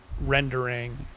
rendering